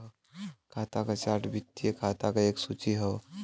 खाता क चार्ट वित्तीय खाता क एक सूची हौ